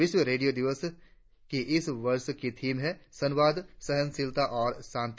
विश्व रेडियों दिवस की इस वर्ष की थीम है संवाद सहनशीलता और शांति